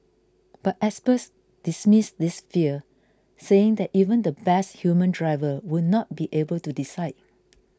but experts dismiss this fear saying that even the best human driver would not be able to decide